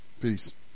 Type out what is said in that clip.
Peace